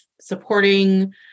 supporting